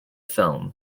film